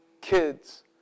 Kids